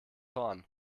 horn